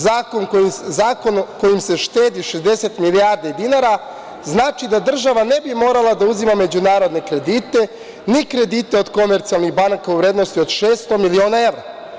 Zakon kojim se štedi 60 milijardi dinara znači da država ne bi morala da uzima međunarodne kredite, ni kredite od komercijalnih banaka u vrednosti od 600 miliona evra.